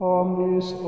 omnis